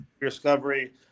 Discovery